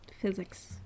Physics